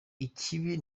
ikibi